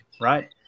right